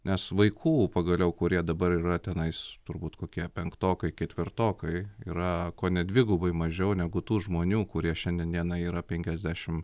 nes vaikų pagaliau kurie dabar yra tenais turbūt kokie penktokai ketvirtokai yra kone dvigubai mažiau negu tų žmonių kurie šiandien diena yra penkiasdešim